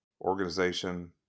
organization